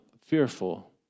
fearful